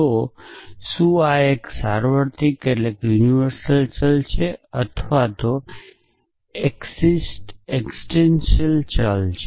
તો શું આ એક સાર્વત્રિક ચલ છે અથવા એકસીટેંટીયલ ચલ છે